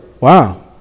wow